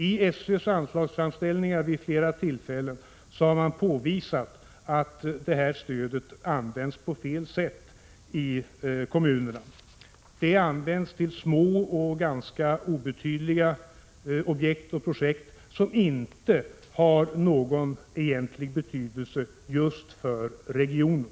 I SÖ:s anslagsframställningar har man vid flera tillfällen påvisat att detta stöd används på fel sätt i kommunerna. Det används till små och ganska obetydliga objekt och projekt som inte har någon egentlig betydelse för regionen.